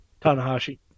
Tanahashi